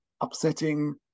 upsetting